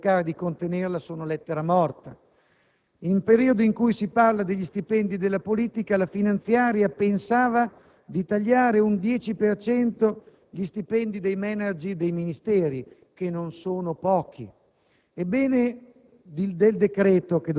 messo in finanziaria per cercare di contenerle sono lettera morta. In un periodo in cui si parla degli stipendi della politica, la finanziaria pensava di tagliare un dieci per cento degli stipendi dei *manager* dei Ministeri, che non sono pochi.